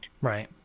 Right